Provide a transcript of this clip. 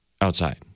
outside